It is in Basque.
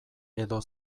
edo